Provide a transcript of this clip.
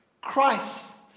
Christ